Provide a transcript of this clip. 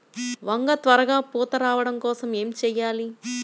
వంగ త్వరగా పూత రావడం కోసం ఏమి చెయ్యాలి?